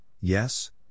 yes